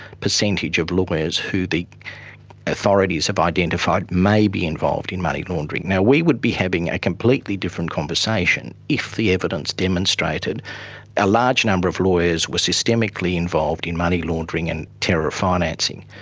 percentage of lawyers who the authorities have identified may be involved in money laundering. now, we would be having a completely different conversation if the evidence demonstrated a large number of lawyers were systemically involved in money laundering and terror financing.